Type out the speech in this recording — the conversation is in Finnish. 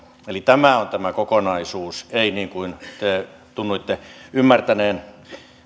eli tämä on tämä kokonaisuus ei niin kuin te sanoitte tunnuitte ymmärtäneen